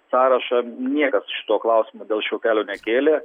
sąrašą niekas to klausimo dėl šio kelio nekėlė